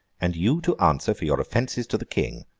and you to answer for your offences to the king